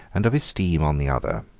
and of esteem on the other.